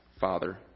Father